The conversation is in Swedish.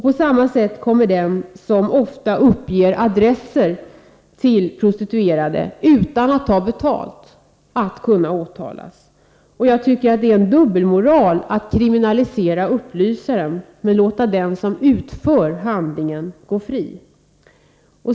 På samma sätt kommer den som ofta, utan att ta betalt, uppger adresser till prostituerade att kunna åtalas. Jag tycker att det är dubbelmoral att kriminalisera den som ger upplysningar medan man låter den som utför handlingen gå fri.